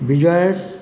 Vijayesh